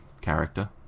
character